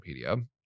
Wikipedia